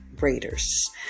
Raiders